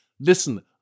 Listen